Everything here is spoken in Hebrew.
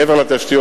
מעבר לתשתיות.